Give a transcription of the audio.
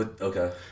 Okay